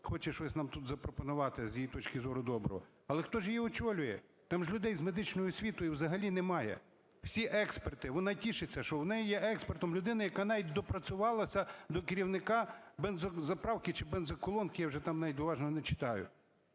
хоче щось нам тут запропонувати, з її точки зору, доброго. Але хто ж її очолює? Там же ж людей з медичною освітою взагалі немає – всі експерти! Вона тішиться, що в неї є експертом людина, яка навіть допрацювалася до керівника бензозаправки чи бензоколонки, я вже там навіть уважно не читаю.